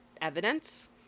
evidence